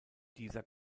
dieser